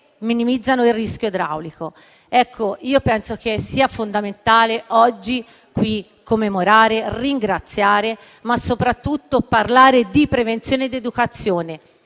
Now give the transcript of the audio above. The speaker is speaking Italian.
minimizzano il rischio idraulico. Penso che qui oggi sia fondamentale commemorare e ringraziare, ma soprattutto parlare di prevenzione e di educazione,